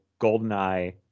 GoldenEye